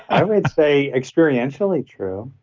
i would say experientially true.